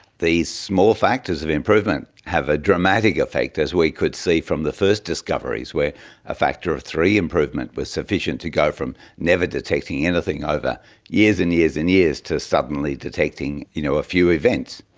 the small factors of improvement have a dramatic effect, as we could see from the first discoveries where a factor of three improvement was sufficient to go from never detecting anything over years and years and years to suddenly detecting you know a few events.